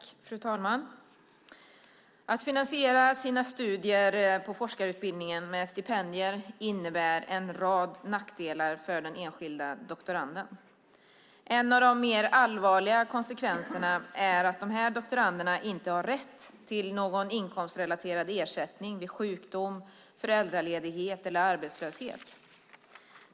Fru talman! Att finansiera sina studier på forskarutbildningen med stipendier innebär en rad nackdelar för den enskilda doktoranden. En av de mer allvarliga konsekvenserna är att de här doktoranderna inte har rätt till någon inkomstrelaterad ersättning vid sjukdom, föräldraledighet eller arbetslöshet.